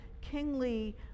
kingly